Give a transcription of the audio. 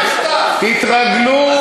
תתרגלו.